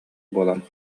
буолан